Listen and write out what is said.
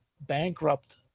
bankrupt